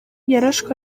yarashwe